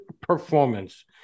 performance